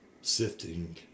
sifting